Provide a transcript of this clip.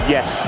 Yes